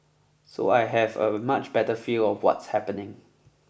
so I have a much better feel of what's happening